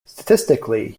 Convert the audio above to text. statistically